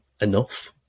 enough